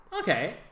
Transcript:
Okay